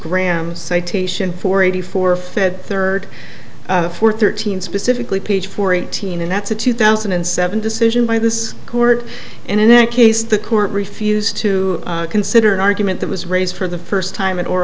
graham citation four eighty four fed third four thirteen specifically page four eighteen and that's a two thousand and seven decision by this court and in that case the court refused to consider an argument that was raised for the first time in or